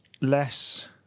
Less